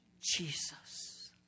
Jesus